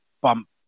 bump